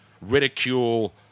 ridicule